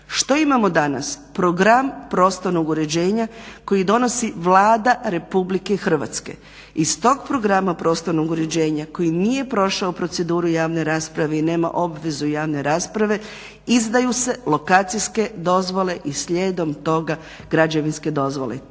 Što imamo danas? Program prostornog uređenja kojeg donosi Vlada Republike Hrvatske. Iz tog programa prostornog uređenja koji nije prošao proceduru javne rasprave i nema obvezu javne rasprave izdaju se lokacijske dozvole i slijedom toga građevinske dozvole.